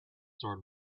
sort